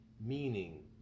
Meaning